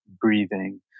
breathing